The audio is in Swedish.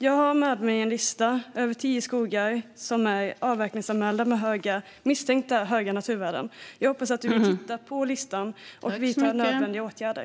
Jag har med mig en lista över tio avverkningsanmälda skogar med misstänkt höga naturvärden. Jag hoppas att du vill titta på listan och vidta nödvändiga åtgärder.